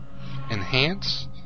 enhance